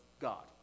God